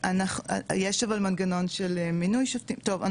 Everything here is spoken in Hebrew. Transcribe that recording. יש אבל מנגנון של מינוי שופטים, טוב.